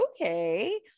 okay